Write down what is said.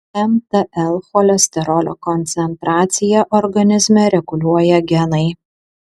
mtl cholesterolio koncentraciją organizme reguliuoja genai